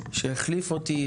שהחליף אותי,